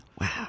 Wow